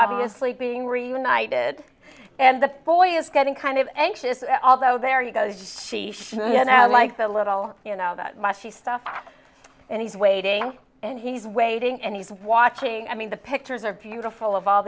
obviously being reunited and the boy is getting kind of anxious although there you go and i like the little you know that mushy stuff and he's waiting and he's waiting and he's watching i mean the pictures are beautiful